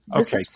Okay